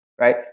right